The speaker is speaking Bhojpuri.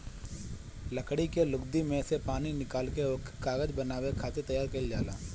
लकड़ी के लुगदी में से पानी निकाल के ओके कागज बनावे खातिर तैयार कइल जाला